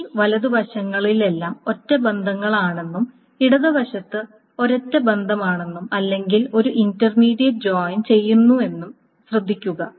ഈ വലതുവശങ്ങളെല്ലാം ഒറ്റ ബന്ധങ്ങളാണെന്നും ഇടത് വശത്ത് ഒരൊറ്റ ബന്ധമാണെന്നും അല്ലെങ്കിൽ ഒരു ഇന്റർമീഡിയറ്റ് ജോയിൻ ചെയ്യുമെന്നും ശ്രദ്ധിക്കുക